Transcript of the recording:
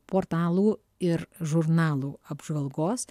portalų ir žurnalų apžvalgos